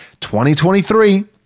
2023